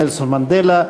נלסון מנדלה.